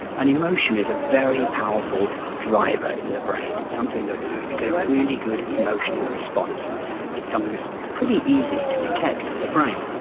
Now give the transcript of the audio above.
an emotion is a very powerful driver in the brain, it's something that if you get a really good emotional response it's something that is pretty easy to detect in the brain.